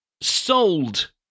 Sold